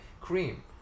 cream